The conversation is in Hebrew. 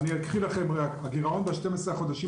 ואני אקריא לכם: הגירעון ב-12 החודשים